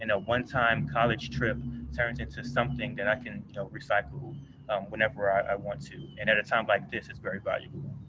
and a onetime college trip turned into something that i can recycle whenever i want to, and at a time like this, it's very valuable.